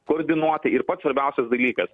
koordinuotai ir pats svarbiausias dalykas